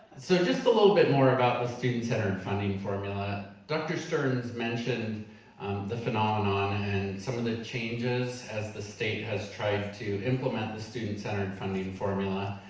so just a little bit more about the student centered funding formula. dr. stearns mentioned and um the phenomenon and some of the changes as the state has tried to implement the student centered funding formula.